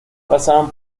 pasaban